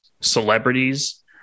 celebrities